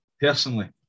personally